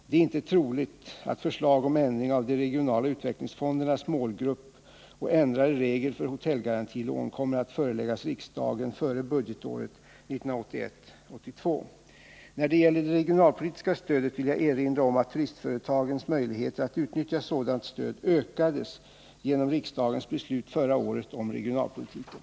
Det är inte troligt att förslag om ändring av de regionala utvecklingsfondernas målgrupp och ändrade regler för hotellgarantilån kommer att föreläggas riksdagen före När det gäller det regionalpolitiska stödet vill jag erinra om att turistföretagens möjligheter att utnyttja sådant stöd ökades genom riksdagens beslut förra året om regionalpolitiken.